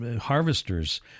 harvesters